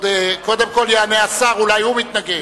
קודם כול יענה השר, אולי הוא מתנגד.